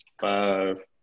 five